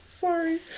sorry